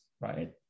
right